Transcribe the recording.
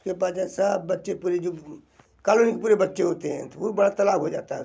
उन के पास जाते सब बच्चे पूरे जो कालोनी के पूरे बच्चे होते हैं ख़ूब बड़ा तालाब हो जाता है उस में